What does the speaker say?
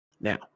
now